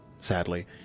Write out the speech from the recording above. sadly